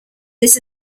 this